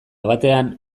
batean